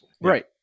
Right